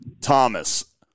Thomas